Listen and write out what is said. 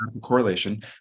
correlation